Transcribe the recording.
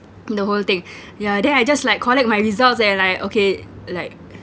the whole thing yeah then I just like collect my results and like okay like